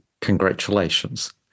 Congratulations